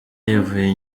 yivuye